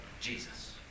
Jesus